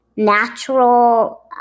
Natural